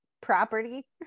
property